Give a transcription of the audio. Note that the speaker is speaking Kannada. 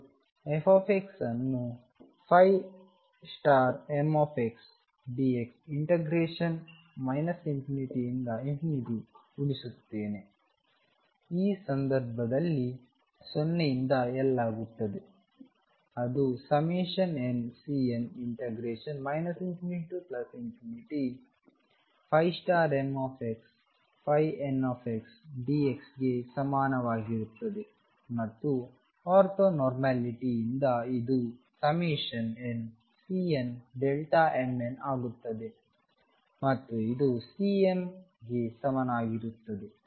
ನಾನು f ಅನ್ನು mdx ಇಂಟಗ್ರೇಶನ್ ∞ ರಿಂದ ಇಂದ ಗುಣಿಸುತ್ತೇನೆ ಈ ಸಂದರ್ಭದಲ್ಲಿ 0 ರಿಂದ L ಆಗುತ್ತದೆ ಅದು nCn ∞mxndx ಗೆ ಸಮಾನವಾಗಿರುತ್ತದೆ ಮತ್ತು ಆರ್ಥೋ ನೋರ್ಮಲಿಟಿ ಯಿಂದ ಇದು nCnmn ಆಗುತ್ತದೆ ಮತ್ತು ಇದುCm ಗೆ ಸಮನಾಗಿರುತ್ತದೆ